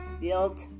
Built